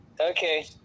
okay